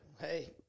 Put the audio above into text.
Hey